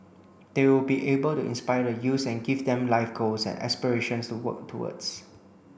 they will be able to inspire the youths and give them life goals and aspirations to work towards